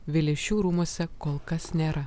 vileišių rūmuose kol kas nėra